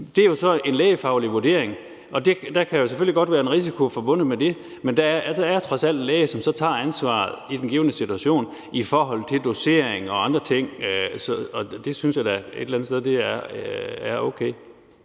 Det er så en lægefaglig vurdering, og der kan jo selvfølgelig godt være en risiko forbundet med det, men der er trods alt en læge, som så tager ansvaret i den givne situation i forhold til dosering og andre ting, og det synes jeg da et eller andet sted er okay.